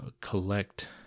collect